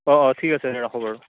অঁ অঁ ঠিক আছে দে ৰাখো বাৰু